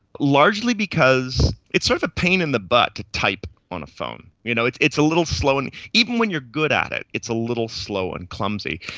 largely because it's sort of a pain in the butt to type on a phone, you know it's it's a little slow, and even if you're good at it it's a little slow and clumsy.